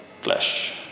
flesh